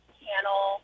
panel